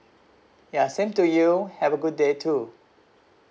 ya same to you have a good day too